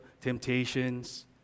temptations